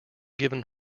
given